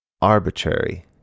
arbitrary